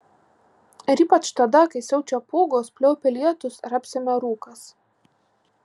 ir ypač tada kai siaučia pūgos pliaupia lietūs ar apsemia rūkas